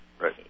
Right